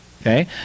okay